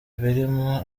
birimo